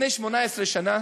לפני 18 שנה